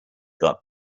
got